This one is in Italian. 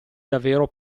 davvero